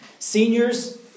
Seniors